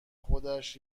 خودش